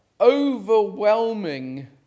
overwhelming